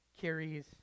carries